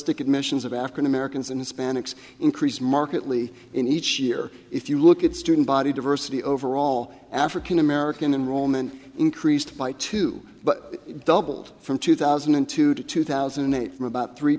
stic admissions of african americans and hispanics increased markedly in each year if you look at student body diversity overall african american rollman increased by two but doubled from two thousand and two to two thousand and eight from about three